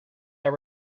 are